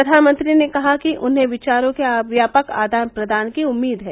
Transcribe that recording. प्रधानमंत्री ने कहा कि उन्हें विचारों के व्यापक आदान प्रदान की उम्मीद है